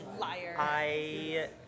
Liar